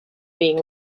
being